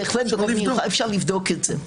אפשר לבדוק את זה.